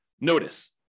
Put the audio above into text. notice